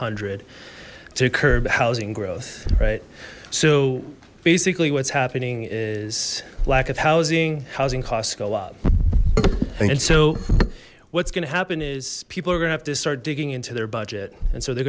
hundred and two curb housing growth right so basically what's happening is lack of housing housing costs go up and so what's gonna happen is people are gonna have to start digging into their budget and so they're